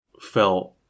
felt